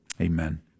Amen